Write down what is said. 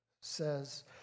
says